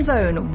Zone